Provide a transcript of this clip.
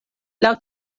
laŭ